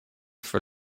for